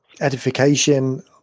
edification